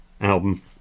album